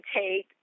take